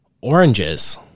oranges